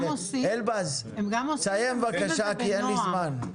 אלבז, סיים, בבקשה, כי אין לי זמן.